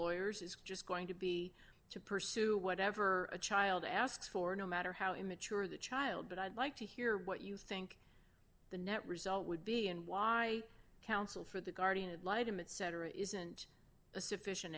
lawyers is just going to be to pursue whatever a child asks for no matter how immature the child but i'd like to hear what you think the net result would be and why counsel for the guardian ad litum etc isn't a sufficient